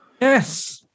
Yes